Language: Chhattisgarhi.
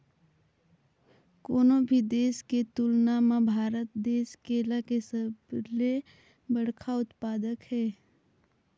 कोनो भी देश के तुलना म भारत देश केला के सबले बड़खा उत्पादक हे